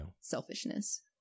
selfishness